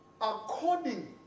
according